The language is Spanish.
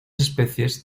especies